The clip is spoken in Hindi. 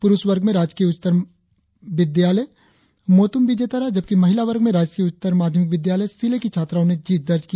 प्रुरुष वर्ग में राजकीय उच्चतर विद्यालय मोतुम विजेता रहा जबकि महिला वर्ग में राजकीय उच्चतर माध्यमिक विद्यालय सिले की छात्राओं ने जीत दर्ज किया